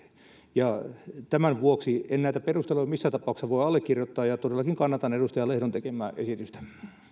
ja tämän vuoksi en näitä perusteluja missään tapauksessa voi allekirjoittaa ja ja todellakin kannatan edustaja lehdon tekemää esitystä